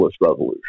revolution